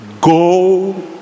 go